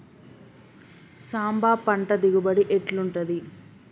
సాంబ పంట దిగుబడి ఎట్లుంటది?